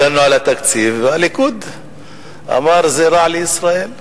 הגנו על התקציב והליכוד אמר שזה רע לישראל,